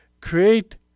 create